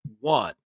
one